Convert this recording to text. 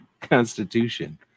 constitution